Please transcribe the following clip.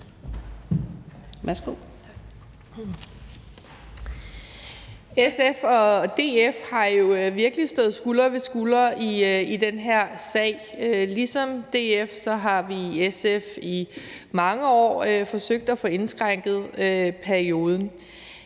SF og DF har jo virkelig stået skulder ved skulder i den her sag. Ligesom DF har vi i SF i mange år forsøgt at få indskrænket perioden.